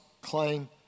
claim